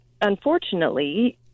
unfortunately